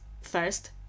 first